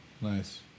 Nice